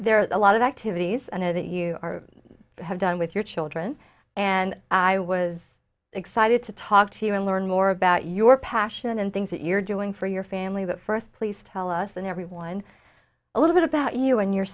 there are a lot of activities that you have done with your children and i was excited to talk to you and learn more about your passion and things that you're doing for your family but first please tell us and everyone a little bit about you and your